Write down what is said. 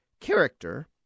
character